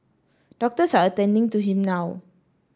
doctors are attending to him now